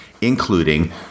including